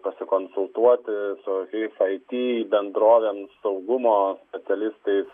pasikonsultuoti su hif ai ty bendrovėm saugumo specialistais